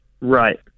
Right